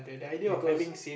because